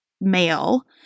male